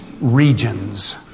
regions